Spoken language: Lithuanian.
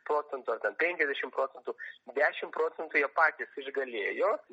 procentų penkiasdešimt procentų dešimt procentų jie patys išgalėjo